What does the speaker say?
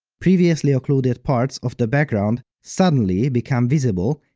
previously occluded parts of the background suddenly become visible,